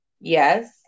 Yes